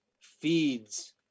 feeds